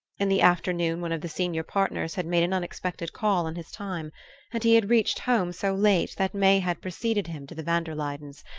in the afternoon one of the senior partners had made an unexpected call on his time and he had reached home so late that may had preceded him to the van der luydens',